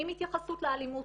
עם התייחסות לאלימות,